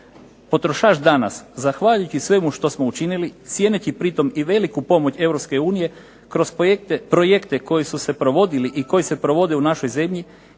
Potrošač danas zahvaljujući svemu što smo učinili cijeneći pri tome i veliku pomoć Europske unije kroz projekte koji su se provodili i koji su se provode u našoj zemlji